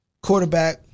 quarterback